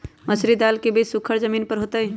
मसूरी दाल के बीज सुखर जमीन पर होतई?